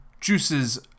juices